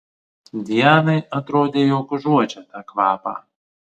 dianai atrodė jog užuodžia tą kvapą